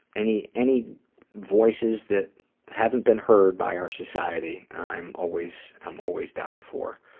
any any voices that haven't been heard by our society, i'm always i'm always down for.